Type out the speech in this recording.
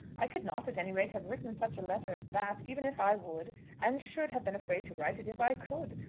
i could not, at any rate, have written such a letter as that, even if i would and should have been afraid to write it if i could.